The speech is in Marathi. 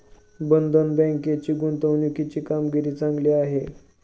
बंधन बँकेची गुंतवणुकीची कामगिरी चांगली आहे